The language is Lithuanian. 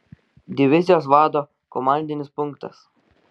divizijos vado komandinis punktas